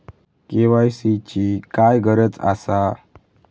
KYC ची काय गरज आसा?